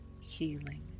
healing